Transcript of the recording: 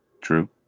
True